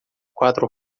quatro